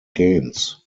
games